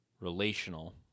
relational